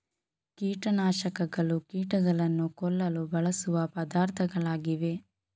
ಕೀಟ ನಾಶಕಗಳು ಕೀಟಗಳನ್ನು ಕೊಲ್ಲಲು ಬಳಸುವ ಪದಾರ್ಥಗಳಾಗಿವೆ